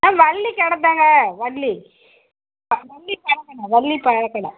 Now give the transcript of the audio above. ஆ வள்ளி கடை தாங்க வள்ளி வள்ளி பழ கடை வள்ளி பழ கடை